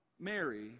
Mary